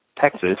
Texas